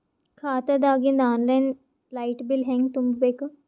ಖಾತಾದಾಗಿಂದ online light bill ಹೇಂಗ ತುಂಬಾ ಬೇಕು?